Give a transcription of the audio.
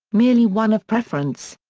merely one of preference.